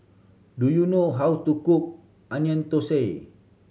do you know how to cook Onion Thosai